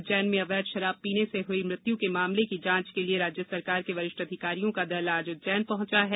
उज्जैन में अवैध शराब पीने से हुई मृत्यु के मामलों की जांच के लिये राज्य सरकार के वरिष्ठ अधिकारियों का दल आज उज्जैन पहुंचा है